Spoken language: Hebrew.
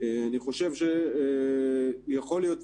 אני חושב שיכול להיות,